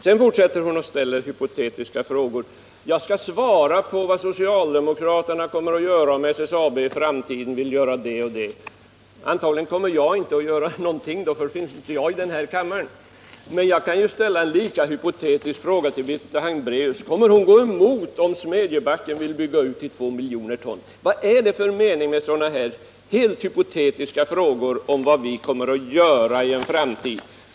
Sedan fortsätter hon och ställer hypotetiska frågor och vill att jag skall svara på vad socialdemokraterna kommer att göra, om SSAB i framtiden vill göra det och det. Antagligen kommer jag inte att göra någonting alls då, eftersom jag då inte kommer att finnas kvar i den här kammaren. Men jag kan ju ställa en lika hypotetisk till Birgitta Hambraeus: Kommer du att gå emot förslaget, om Smedjebacken vill bygga ut verksamheten till 2 miljoner ton? — Vad är det för mening med sådana här helt hypotetiska frågor om vad vi kommer att göra i en framtid?